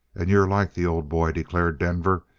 and you're like the old boy, declared denver.